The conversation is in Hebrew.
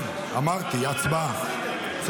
כן אמרתי, הצבעה.